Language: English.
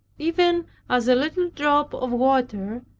even as a little drop of water,